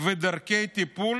ודרכי טיפול